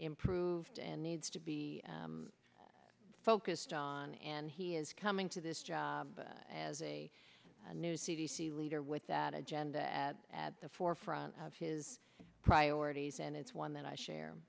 improved and needs to be focused on and he is coming to this job as a new c d c leader with that agenda at the forefront of his priorities and it's one that i share